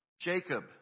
Jacob